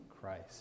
Christ